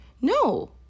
No